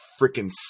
freaking